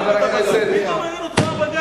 אתם לא מכבדים את בג"ץ.